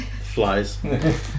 flies